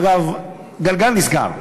אגב, מעגל נסגר.